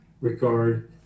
regard